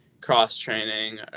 cross-training